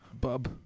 bub